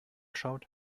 schaut